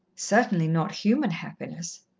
certainly not human happiness.